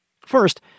First